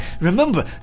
Remember